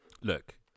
Look